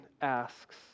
asks